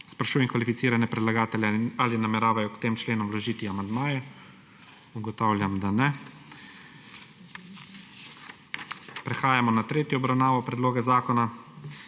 Sprašujem kvalificirane predlagatelje, ali nameravajo k tem členom vložiti amandmaje? (Ne.) Ugotavljam, da ne. Prehajamo na **tretjo obravnavo** predloga zakona.